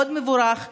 מאוד מבורך.